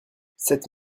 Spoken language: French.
cette